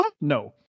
No